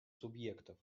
субъектов